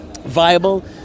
viable